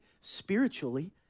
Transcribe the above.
spiritually